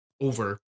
over